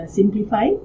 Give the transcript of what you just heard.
simplify